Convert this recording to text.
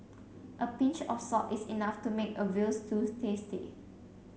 a pinch of salt is enough to make a veal stew tasty